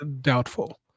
Doubtful